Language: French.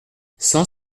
cent